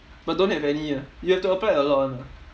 but don't have any ah you have to apply a lot [one] ah